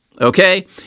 Okay